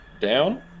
down